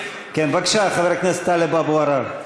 בבקשה, חבר הכנסת טלב אבו עראר.